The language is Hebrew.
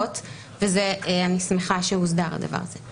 -- ואני שמחה שהדבר הזה הוסדר,